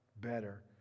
better